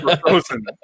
Frozen